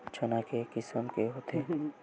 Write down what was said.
चना के किसम के होथे?